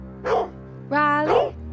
Riley